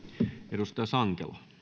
arvoisa